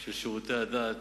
של שירותי הדת